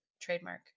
Trademark